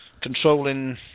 controlling